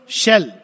shell